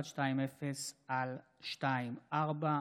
פ/3120/24.